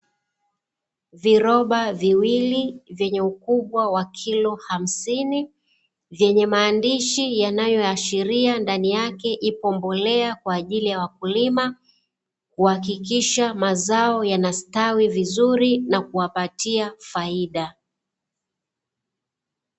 Viloba viwili vyenye ukubwa wa kilo hamsini, vyenye maandishi yanayoashilia ndani yake ipo mbolea kwa ajili ya wakulima kuhakikisha mazao yanastawi vizuri na kuwapatia faida.